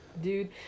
dude